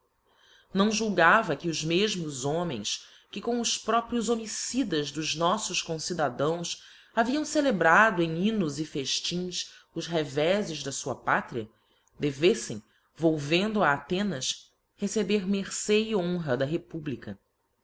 não julgava que os meímos aomens que com os próprios homicidas dos noflbs concidadãos haviam celebrado em hymnos e feftins os revéfes da fua pátria deveffem volvendo a athenas receber mercê e honra da republica